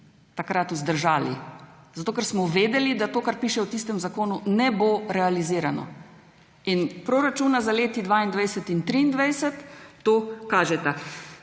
takrat vzdržali, zato ker smo vedeli, da to, kar piše v tistem zakonu, ne bo realizirano. Proračuna za leti 2022 in 2023 to kažeta.